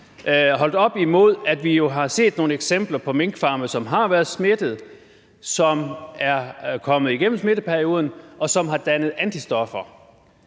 holdt op imod, at vi jo har set nogle eksempler på minkfarme, hvor der har været smitte, og som er kommet igennem smitteperioden, og hvor minkene har dannet antistoffer.